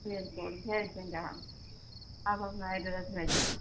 بالکل بھیج دیں گے ہم آپ اپنا ایڈریس بھیجو